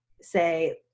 say